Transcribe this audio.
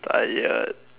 tired